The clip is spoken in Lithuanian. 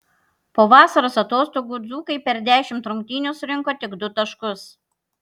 po vasaros atostogų dzūkai per dešimt rungtynių surinko tik du taškus